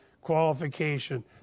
qualification